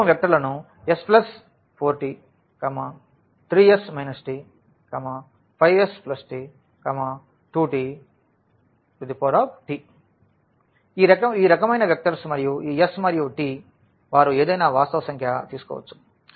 slide సమయం చూడండి 2906 ఈ రూపం వెక్టర్లను s 4t 3s t 5s t 2tT ఈ రకమైన వెక్టర్స్ మరియు ఈ s మరియు t వారు ఏదైనా వాస్తవ సంఖ్య తీసుకోవచ్చు